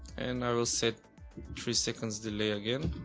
and i will set three seconds delay again.